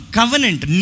covenant